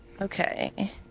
Okay